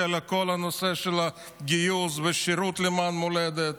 על כל הנושא של גיוס ושירות למען המולדת